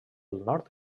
nord